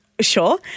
Sure